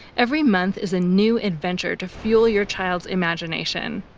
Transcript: every month is a new adventure to fuel your child's imagination.